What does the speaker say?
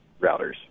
routers